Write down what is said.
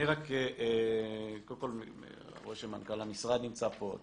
אני רואה שמנכ"ל המשרד נמצא פה.